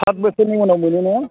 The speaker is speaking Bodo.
सात बोसोरनि उनाव मोनोना